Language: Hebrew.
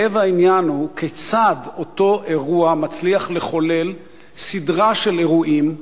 לב העניין הוא כיצד אותו אירוע מצליח לחולל סדרה של אירועים,